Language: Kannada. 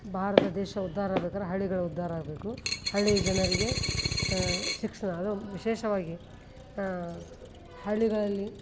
ಭಾರತ ದೇಶ ಉದ್ಧಾರ ಆಗ್ಬೇಕಾದ್ರೆ ಹಳ್ಳಿಗಳು ಉದ್ಧಾರ ಆಗಬೇಕು ಹಳ್ಳಿ ಜನರಿಗೆ ಶಿಕ್ಷಣ ಅದೂ ವಿಶೇಷವಾಗಿ ಹಳ್ಳಿಗಳಲ್ಲಿ